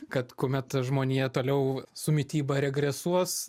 kad kuomet žmonija toliau su mityba regresuos